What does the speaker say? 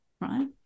right